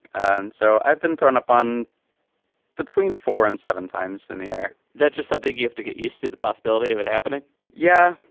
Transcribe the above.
and so i've been thrown upon between four and seven times in the air that's just something you have to get used to the possibility of it happening yeah,